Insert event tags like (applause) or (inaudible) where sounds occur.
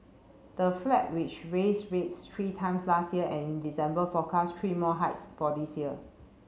the (unintelligible) which raised rates three times last year and in December forecast three more hikes for this year